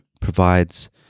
provides